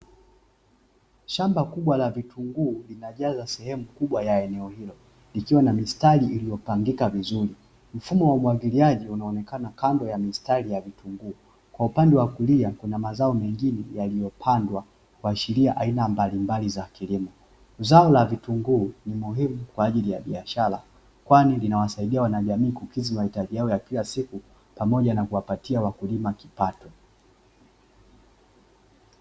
Shamba kubwa la vitunguu linajaza sehemu kubwa ya eneo hilo likiwa na mistari iliyopangika vizuri, mfumo wa umwagiliaji unaonekana kando ya mistari ya vitunguu kwa upande wa kulia kuna mazao mengine yaliyopandwa kwa sheria aina mbalimbali za kilimo zao la vitunguu ni muhimu kwa ajili ya biashara kwani linawasaidia wanaliamini kukidhi mahitaji yao ya kila siku pamoja na kuwapatia wakulima kipato.